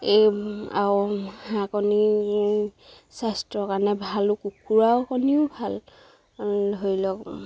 এই আৰু হাঁহ কণী স্বাস্থ্যৰ কাৰণে ভালো কুকুৰাও কণীও ভাল ধৰি লওক